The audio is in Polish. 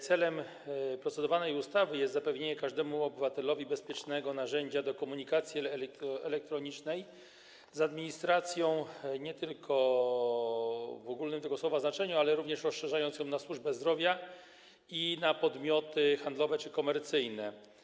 Celem procedowanej ustawy jest zapewnienie każdemu obywatelowi bezpiecznego narzędzia do komunikacji elektronicznej z administracją nie tylko w ogólnym tego słowa znaczeniu, ale również z rozszerzeniem na służbę zdrowia i na podmioty handlowe czy komercyjne.